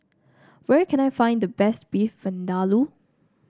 where can I find the best Beef Vindaloo